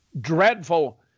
dreadful